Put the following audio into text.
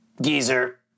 geezer